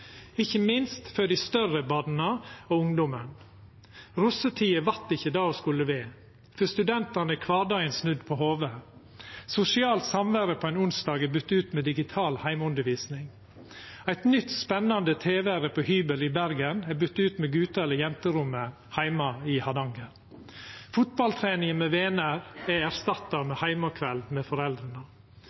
ikkje minst for dei større barna og ungdommen. Russetida vart ikkje det ho skulle vera. For studentane er kvardagen snudd på hovudet. Sosialt samvære på ein onsdag er byta ut med digital heimeundervisning. Eit nytt spennande tilvære på hybel i Bergen er byta ut med gute- eller jenterommet heime i Hardanger. Fotballtrening med vener er erstatta med heimekveld med